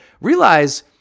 realize